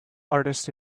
artist